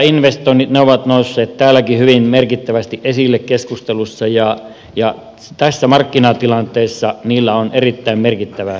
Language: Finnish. väyläinvestoinnit ovat nousseet täälläkin hyvin merkittävästi esille keskustelussa ja tässä markkinatilanteessa niillä on erittäin merkittävä työllistävä vaikutus